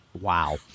Wow